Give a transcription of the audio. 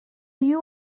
you